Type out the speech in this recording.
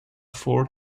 four